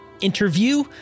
interview